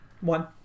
One